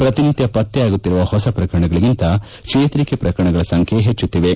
ಪ್ರತಿನಿತ್ಯ ಪತ್ತೆಯಾಗುತ್ತಿರುವ ಹೊಸ ಪ್ರಕರಣಗಳಿಗಿಂತ ಚೇತರಿಕೆ ಪ್ರಕರಣಗಳ ಸಂಖ್ಯೆ ಹೆಚ್ಚುತ್ತಿವೆ